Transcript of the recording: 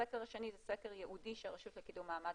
הסקר השני זה סקר ייעודי שהרשות למעמד